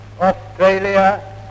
Australia